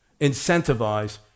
incentivize